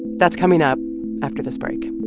that's coming up after this break